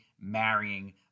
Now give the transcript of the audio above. marrying